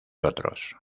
otros